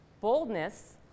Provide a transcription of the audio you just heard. Boldness